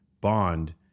bond